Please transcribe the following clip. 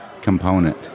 component